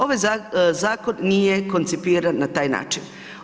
Ovaj zakon nije koncipiran na taj način.